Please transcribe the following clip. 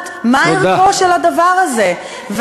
ולדעת מה ערכו של הדבר הזה.